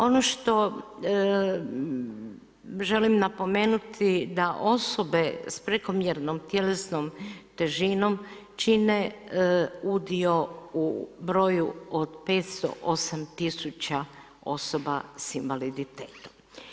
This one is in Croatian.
Ono što želim napomenuti da osobe s prekomjernom tjelesnom težinom čine udio u broju od 508 tisuća osoba s invaliditetom.